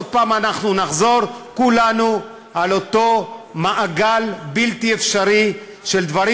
עוד הפעם נחזור כולנו לאותו מעגל בלתי אפשרי של דברים